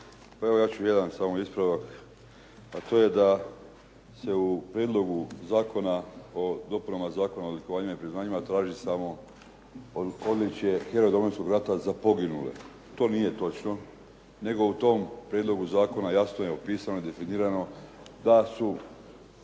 Pa evo ja ću samo jedan ispravak, a to je da se u Prijedlogu zakona o dopunama Zakona o odlikovanjima i priznanjima traži samo odličje Heroja domovinskog rata za poginule. To nije točno. Nego u tom prijedlogu zakona jasno je opisano i definirano da su